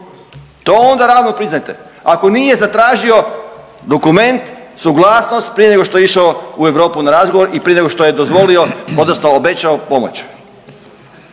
To onda javno priznajte ako nije zatražio dokument, suglasnost prije nego što je išao u Europu na razgovor i prije nego što je dozvolio odnosno obećao pomoć.